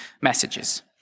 messages